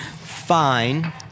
fine